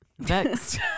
Next